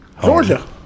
Georgia